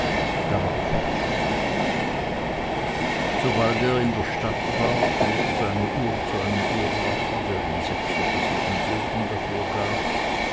dann aber fortschickte sobald er in der stadt war trug er seine uhr zu einem uhrmacher der ihm sechs oder sieben gulden dafür gab